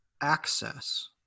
access